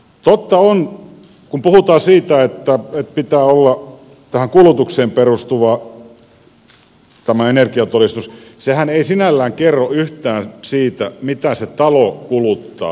totta on kun puhutaan siitä että tämän energiatodistuksen pitää olla tähän kulutukseen perustuva että sehän ei sinällään kerro yhtään siitä mitä se talo kuluttaa